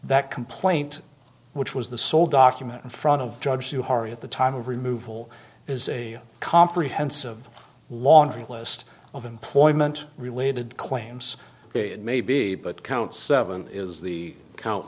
complaint which was the sole document in front of judge to harvey at the time of removal is a comprehensive laundry list of employment related claims it may be but count seven is the count